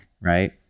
right